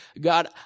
God